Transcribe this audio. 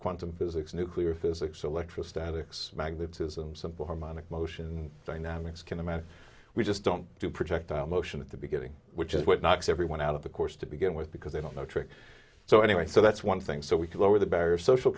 quantum physics nuclear physics electrostatics magnetism simple harmonic motion dynamics kinematic we just don't do projectile motion at the beginning which is what knocks everyone out of the course to begin with because they don't know trick so anyway so that's one thing so we can lower the barrier social